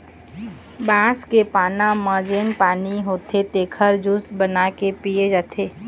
बांस के पाना म जेन पानी होथे तेखर जूस बना के पिए जाथे